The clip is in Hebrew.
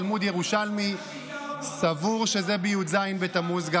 תלמוד ירושלמי סבור שזה גם כן בי"ז בתמוז.